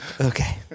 Okay